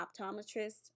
optometrist